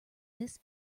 this